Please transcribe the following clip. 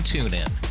TuneIn